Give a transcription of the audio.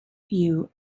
you